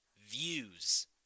Views